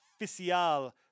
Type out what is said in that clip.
Official